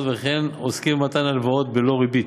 וכן עוסקים במתן הלוואות בלא ריבית.